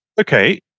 Okay